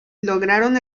lograron